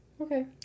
Okay